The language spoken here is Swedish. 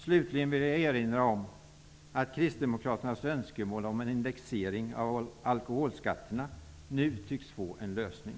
Slutligen vill jag erinra om att kristdemokraternas önskemål om en indexering av alkoholskatterna nu tycks få en lösning.